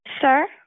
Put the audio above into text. Sir